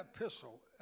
epistle